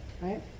right